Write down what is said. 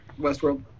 Westworld